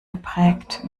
geprägt